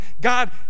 God